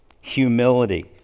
humility